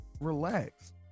relax